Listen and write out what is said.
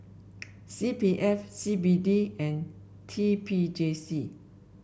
C P F C B D and T P J C